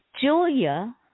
Julia